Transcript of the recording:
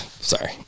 sorry